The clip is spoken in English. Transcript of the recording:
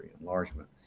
enlargement